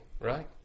right